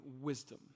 wisdom